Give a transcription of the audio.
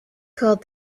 called